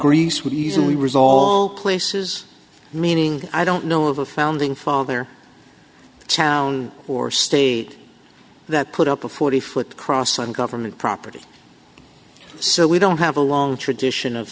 greece would easily resolved places meaning i don't know of a founding father sound or state that put up a forty foot cross on government property so we don't have a long tradition of